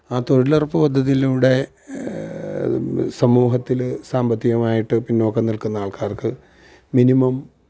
ആ തൊഴിലുറപ്പ് പദ്ധതിയിലൂടെ സമൂഹത്തിൽ സാമ്പത്തികമായിട്ട് പിന്നോക്കം നില്ക്കുന്ന ആള്ക്കാര്ക്ക് മിനിമം